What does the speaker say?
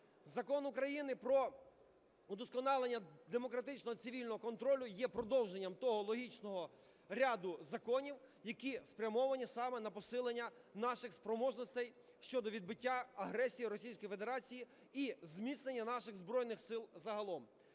Закон України про вдосконалення демократичного цивільного контролю є продовженням того логічного ряду законів, які спрямовані саме на посилення наших спроможностей щодо відбиття агресії Російської Федерації і зміцнення наших Збройних Сил загалом.